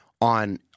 on